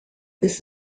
this